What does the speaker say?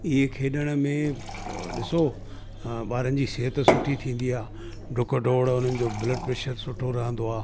इए खेॾण में ॾिसो ॿारनि जी सिहत सुठी थींदी आहे ॾुक ॾोड़ उन्हनि जो ब्लड प्रैशर सुठो रहंदो आहे